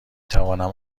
توانم